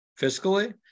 fiscally